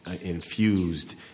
infused